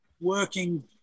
working